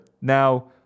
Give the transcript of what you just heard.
Now